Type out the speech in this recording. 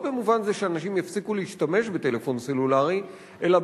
לא במובן זה שאנשים יפסיקו להשתמש בטלפון סלולרי אלא